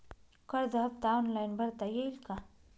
कर्ज हफ्ता ऑनलाईन भरता येईल का?